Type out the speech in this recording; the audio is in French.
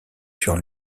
sur